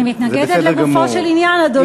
אני מתנגדת לגופו של עניין, אדוני.